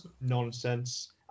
nonsense